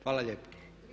Hvala lijepo.